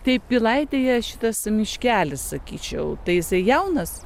tai pilaitėje šitas miškelis sakyčiau tai jisai jaunas